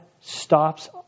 stops